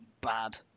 bad